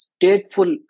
stateful